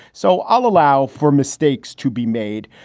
so i'll allow for mistakes to be made.